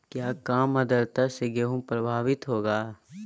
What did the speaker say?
क्या काम आद्रता से गेहु प्रभाभीत होगा?